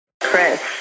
Chris